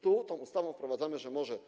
Tu tą ustawą wprowadzamy, że może.